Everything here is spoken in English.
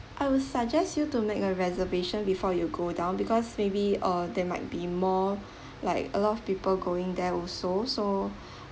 I will suggest you to make a reservation before you go down because maybe uh there might be more like a lot of people going there also so